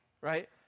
right